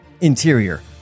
Interior